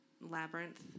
Labyrinth